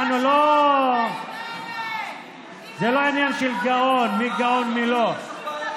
הבעיה שלנו היא עם אלה,